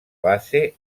base